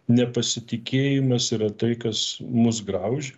nepasitikėjimas yra tai kas mus graužia